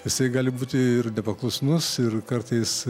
jisai gali būti ir nepaklusnus ir kartais